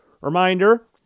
Reminder